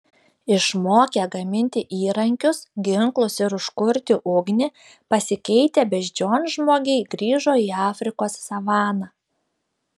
išmokę gaminti įrankius ginklus ir užkurti ugnį pasikeitę beždžionžmogiai grįžo į afrikos savaną